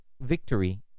victory